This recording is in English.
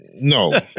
No